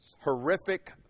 horrific